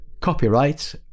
copyright